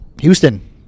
Houston